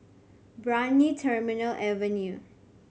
Brani Terminal Avenue